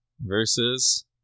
versus